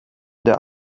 der